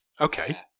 Okay